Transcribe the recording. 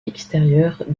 extérieure